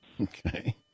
Okay